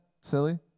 silly